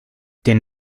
den